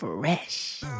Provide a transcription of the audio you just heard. fresh